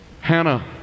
Hannah